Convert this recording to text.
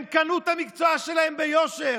הם קנו את המקצוע שלהם ביושר.